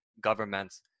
governments